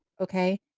Okay